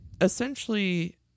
essentially